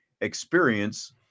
experience